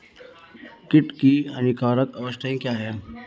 कीट की हानिकारक अवस्था क्या है?